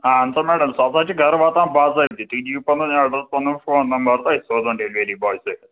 اہن سا میڑم سُہ ہسا چھِ گرٕ واتان باضٲبطہٕ تُہۍ دِیِو پنُن ایٚڈرَس پنُن فون نمبر تہٕ أسۍ سوزٕہون ڈیٚلؤری باے ژےٚ ہتھ